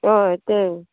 हय तें